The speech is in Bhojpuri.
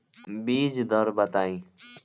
बीज दर बताई?